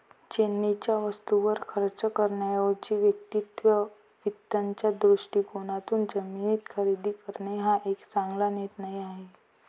चैनीच्या वस्तूंवर खर्च करण्याऐवजी वैयक्तिक वित्ताच्या दृष्टिकोनातून जमीन खरेदी करणे हा एक चांगला निर्णय आहे